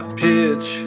pitch